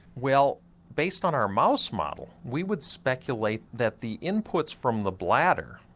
well based on our mouse model we would speculate that the inputs from the bladder,